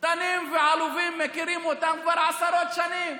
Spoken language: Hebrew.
קטנים ועלובים, מכירים אותם כבר עשרות שנים.